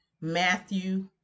Matthew